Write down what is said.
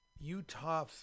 Utah